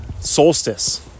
Solstice